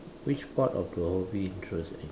which part of the hobby interest in